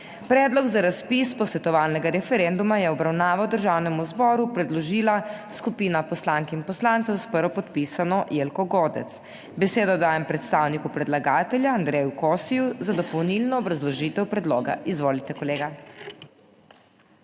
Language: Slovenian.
Predlog za razpis posvetovalnega referenduma je v obravnavo Državnemu zboru predložila skupina poslank in poslancev s prvopodpisano Jelko Godec. Besedo dajem predstavniku predlagatelja Andreju Kosiju za dopolnilno obrazložitev predloga. Izvolite, kolega.